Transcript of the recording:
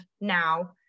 now